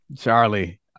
Charlie